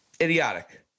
Idiotic